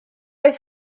oedd